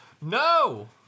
No